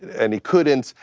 and he couldn't,